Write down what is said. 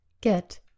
Get